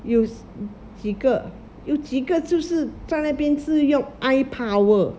有几个有几个就是在那边是用 eye power